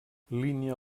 línia